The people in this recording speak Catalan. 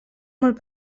molt